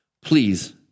Please